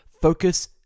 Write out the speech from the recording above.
Focus